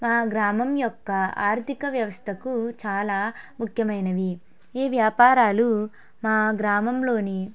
మా గ్రామం యొక్క ఆర్ధిక వ్యవస్థకు చాలా ముఖ్యమైనవి ఈ వ్యాపారాలు మా గ్రామంలోని